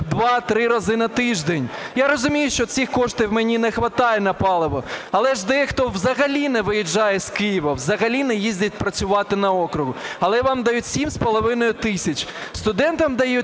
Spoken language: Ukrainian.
2-3 рази на тиждень. Я розумію, що цих коштів мені не хватає на паливо. Але ж дехто взагалі не виїжджає з Києва, взагалі не їздить працювати на округ, але вам дають сім з половиною тисяч. Студентам дають